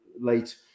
late